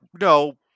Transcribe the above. no